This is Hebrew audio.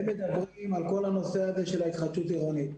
הם מדברים על כל הנושא של התחדשות עירונית.